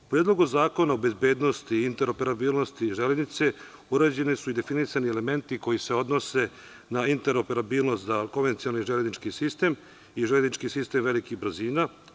U Predlogu zakona o bezbednost i interoperabilnosti železnice urađeni su i definisani elementi koji se odnose na interoperabilnost za konvencionalni železnički sistem, i železnički sistem velikih brzina.